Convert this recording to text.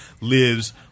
lives